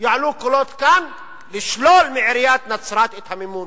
יעלו כאן קולות לשלול מעיריית נצרת את המימון.